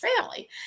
family